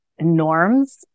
norms